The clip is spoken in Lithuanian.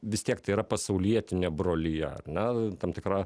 vis tiek tai yra pasaulietinė brolija ar ne tam tikra